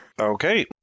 Okay